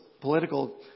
political